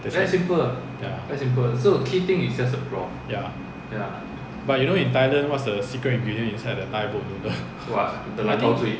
ya ya but you know in thailand what is the secret ingredient inside the thai boat noodle